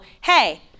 hey